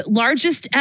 largest